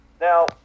now